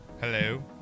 Hello